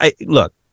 Look